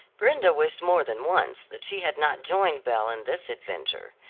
brenda wished more than once that she had not joined belle in this adventure.